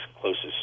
closest